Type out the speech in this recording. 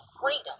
freedom